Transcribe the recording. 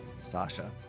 Sasha